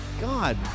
God